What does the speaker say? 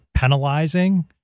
penalizing